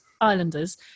islanders